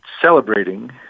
celebrating